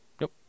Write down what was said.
Nope